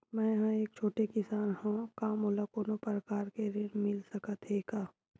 मै ह एक छोटे किसान हंव का मोला कोनो प्रकार के ऋण मिल सकत हे का?